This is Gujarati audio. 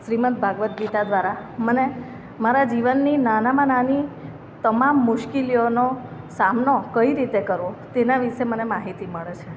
શ્રીમદ ભાગવદ ગીત દ્વારા મને મારા જીવનની નાનામાં નાની તમામ મુશ્કેલીઓનો સામનો કઈ રીતે કરવો તેના વિશે મને માહિતી મળે છે